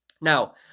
Now